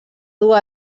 dur